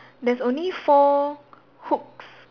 there's only four hooks